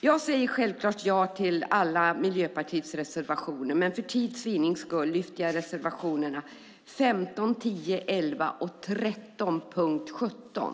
Jag säger självklart ja till alla Miljöpartiets reservationer, men för tids vinning lyfter jag fram reservationerna 10, 11 och 13 och 15.